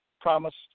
promised